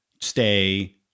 stay